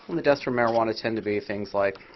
the deaths from marijuana tend to be things like